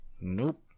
nope